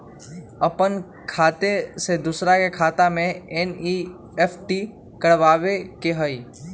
अपन खाते से दूसरा के खाता में एन.ई.एफ.टी करवावे के हई?